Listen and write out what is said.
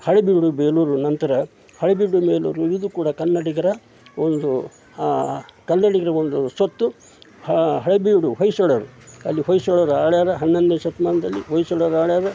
ಹಳೇಬೀಡು ಬೇಲೂರು ನಂತರ ಹಳೇಬೀಡು ಬೇಲೂರು ಇದು ಕೂಡ ಕನ್ನಡಿಗರ ಒಂದು ಕನ್ನಡಿಗರ ಒಂದು ಸ್ವತ್ತು ಹಳೇಬೀಡು ಹೊಯ್ಸಳರು ಅಲ್ಲಿ ಹೊಯ್ಸಳರು ಆಳ್ಯಾರಾ ಹನ್ನೊಂದನೇ ಶತಮಾನ್ದಲ್ಲಿ ಹೊಯ್ಸಳರು ಆಳ್ಯಾರಾ